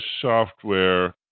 software